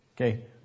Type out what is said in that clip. Okay